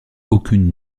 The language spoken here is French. aucune